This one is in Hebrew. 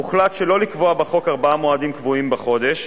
הוחלט שלא לקבוע בחוק ארבעה מועדים קבועים בחודש,